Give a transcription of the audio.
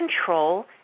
control